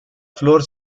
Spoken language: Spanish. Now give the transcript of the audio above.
flor